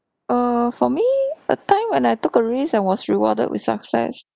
err for me a time when I took a risk and was rewarded with success